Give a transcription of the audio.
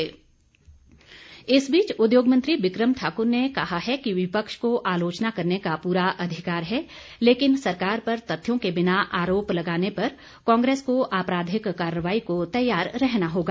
बिक्रम ठाकुर इस बीच उद्योग मंत्री बिक्रम ठाक्र ने कहा है कि विपक्ष को आलोचना करने का पूरा अधिकार है लेकिन सरकार पर तथ्यों के बिना आरोप लगाने पर कांग्रेस को आपराधिक कार्रवाई को तैयार रहना होगा